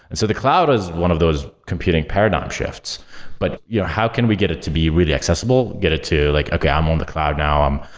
and so the cloud is one of those computing paradigm shifts. but you know how can we get to be really accessible, get it to like, okay, i'm on the cloud now. um